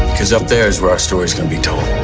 because up there is where our stories can be told